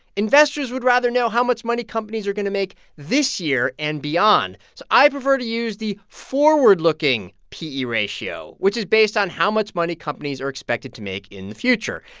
investors would rather know how much money companies are going to make this year and beyond. so i prefer to use the forward-looking p e ratio, which is based on how much money companies are expected to make in the future.